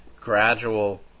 gradual